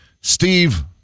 Steve